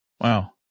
Wow